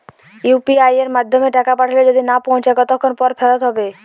UPI য়ের মাধ্যমে টাকা পাঠালে যদি না পৌছায় কতক্ষন পর ফেরত হবে?